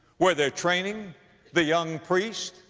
where they're training the young priests,